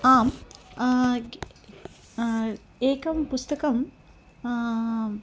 आम् एकं पुस्तकं